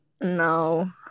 No